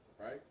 right